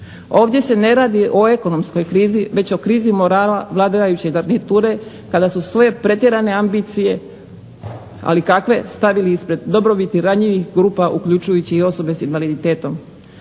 Ovdje se ne radi o ekonomskoj krizi već o krizi morala vladajuće garniture kada su svoje pretjerane ambicije, ali kakve stavili ispred dobrobiti ranjivih grupa uključujući i osobe sa invaliditetom.